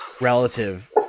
relative